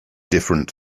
different